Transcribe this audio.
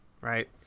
right